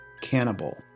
Cannibal